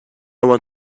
want